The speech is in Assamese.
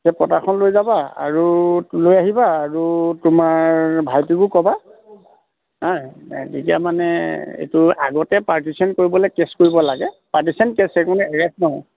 সেই পটাখন লৈ যাবা আৰু লৈ আহিবা আৰু তোমাৰ ভাইটোকো ক'বা হা তেতিয়া মানে এইটো আগতে পাৰ্টিশ্য়ন কৰিবলৈ কেছ কৰিব লাগে পাৰ্টিশ্য়ন কেছ এই কোনো এৰেষ্ট নহয়